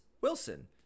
Wilson